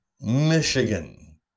Michigan